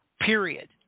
period